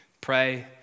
Pray